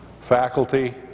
faculty